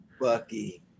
Bucky